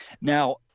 Now